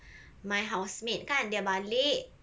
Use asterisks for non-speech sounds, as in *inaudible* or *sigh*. *breath* my house mate kan dia balik